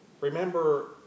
Remember